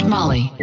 Molly